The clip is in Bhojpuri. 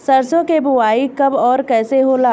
सरसो के बोआई कब और कैसे होला?